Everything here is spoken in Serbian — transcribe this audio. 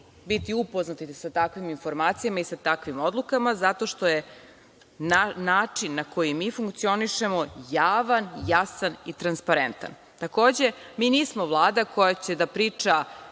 biti upoznati sa takvim informacijama i sa takvim odlukama zato što je način na koji mi funkcionišemo javan, jasan i transparentan. Takođe, mi nismo vlada koja će da priča